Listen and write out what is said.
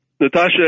Natasha